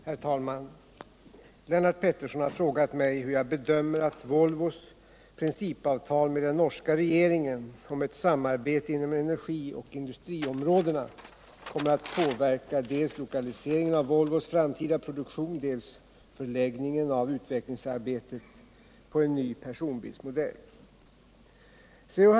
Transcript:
Herr talman! Lennart Pettersson har frågat mig hur jag bedömer att Volvos principavtal med den norska regeringen om ett samarbete inom energioch industriområdena kommer att påverka dels lokaliseringen av Volvos framtida produktion, dels förläggningen av utvecklingsarbetet på en ny personbilsmodell. C.-H.